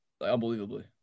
unbelievably